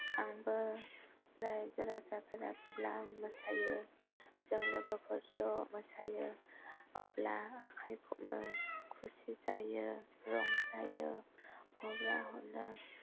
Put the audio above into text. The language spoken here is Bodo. आंबो राइजो राजाफोरा जेब्ला आं मोसायो जों लोगोफोर ज' मोसायो अब्ला आखाइ खबनो खुसि जायो रंजायो हब्रा हरो